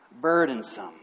burdensome